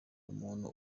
umuntu